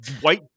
white